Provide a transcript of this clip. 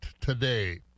today